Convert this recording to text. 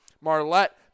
Marlette